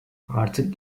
artık